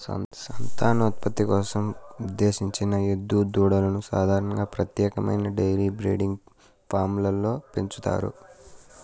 సంతానోత్పత్తి కోసం ఉద్దేశించిన ఎద్దు దూడలను సాధారణంగా ప్రత్యేకమైన డెయిరీ బ్రీడింగ్ ఫామ్లలో పెంచుతారు